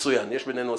מצוין, יש בינינו הסכמה.